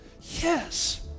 yes